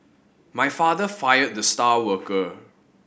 my father fired the star worker